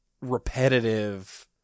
repetitive